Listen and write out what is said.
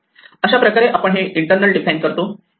अशाप्रकारे आपण हे इंटरनल डिफाइन करतो